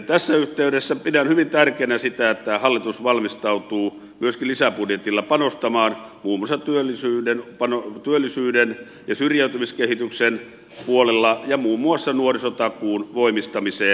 tässä yhteydessä pidän hyvin tärkeänä sitä että hallitus valmistautuu myöskin lisäbudjetilla panostamaan muun muassa työllisyyden ja syrjäytymiskehityksen puolella ja muun muassa nuorisotakuun voimistamiseen